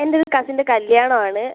എൻ്റെയൊരു കസിൻ്റെ കല്യാണമാണ്